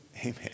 amen